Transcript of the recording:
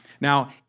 Now